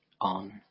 on